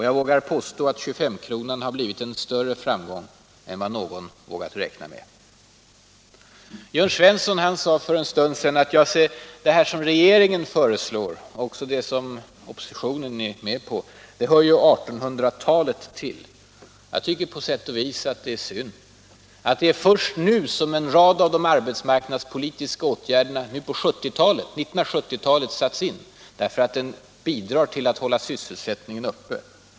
Jag vågar påstå att 25-kronan har blivit en större framgång än vad någon vågat räkna med. Jörn Svensson sade för en stund sedan att det som regeringen föreslår och som oppositionen är med på hör ju 1800-talet till. Det är på sätt och vis synd att det är först nu på 1970-talet som en rad av de arbetsmarknadspolitiska åtgärderna har satts in. De bidrar till att hålla sys Arbetsmarknadspolitiken 7n Arbetsmarknads " politiken vå selsättningen uppe.